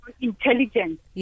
intelligence